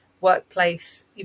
workplace